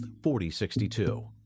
4062